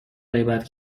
غیبت